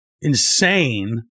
insane